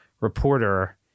reporter